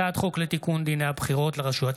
הצעת חוק לתיקון דיני הבחירות לרשויות